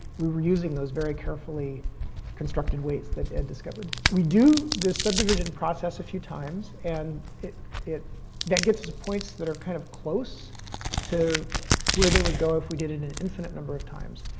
we were using those very carefully constructed weights that ed discovered. we do this subdivision process a few times, and it, that gets us points that are kind of close to where they would go if we did in an infinite number of times.